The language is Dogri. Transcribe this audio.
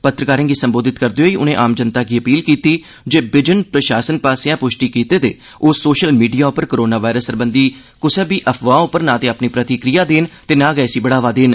पत्रकारें गी सम्बोधित करदे होई उनें आम जनता गी अपील कीती जे बिजन प्रशासन आस्सेआ पुष्टि कीते दे ओह् सोशल मीडिया उप्पर कोरोना वायरस सरबंधी कुसै बी अफवाह उप्पर नां ते अपनी प्रतिक्रिया देन ते नां गै इसी बढ़ावा देन